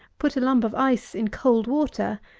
put a lump of ice in cold water,